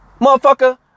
motherfucker